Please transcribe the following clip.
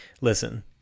Listen